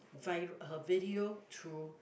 find her video through